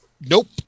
Nope